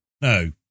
No